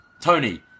Tony